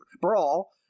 brawl